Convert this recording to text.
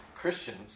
Christians